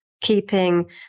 keeping